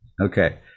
Okay